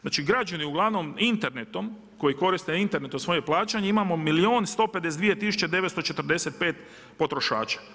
Znači građani uglavnom internetom, koji koriste Internet na svoje plaćanje, imamo milijun 152 tisuće 945 potrošača.